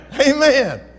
amen